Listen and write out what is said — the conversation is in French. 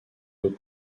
haute